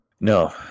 No